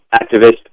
activist